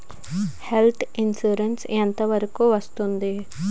Health insurance ఎంత వరకు వస్తుంది?